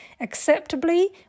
acceptably